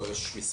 לא, יש מסמך?